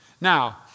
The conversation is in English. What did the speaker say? Now